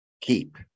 keep